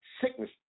sickness